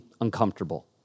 uncomfortable